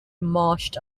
marched